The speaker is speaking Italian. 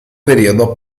periodo